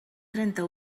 trenta